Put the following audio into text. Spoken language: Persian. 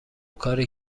کاری